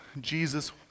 Jesus